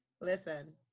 Listen